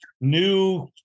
new